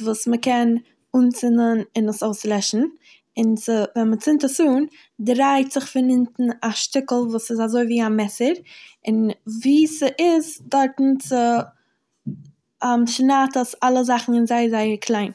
וואס מ'קען אנצינדן און עס אויסלעשן און ס'- ווען מ'צינד עס אן דרייט זיך פון אונטן א שטיקל וואס ס'איז אזוי ווי א מעסער און ווי ס'איז דארטן צ'- שנייד עס אלע זאכן אין זייער זייער קליין.